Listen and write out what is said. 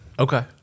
Okay